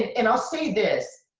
and i'll say this,